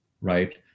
right